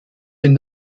den